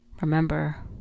remember